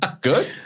good